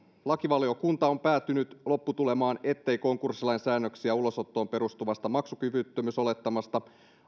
lakivaliokunta on päätynyt lopputulemaan ettei konkurssilain säännöksiä ulosottoon perustuvasta maksukyvyttömyysolettamasta